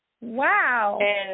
Wow